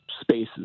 spaces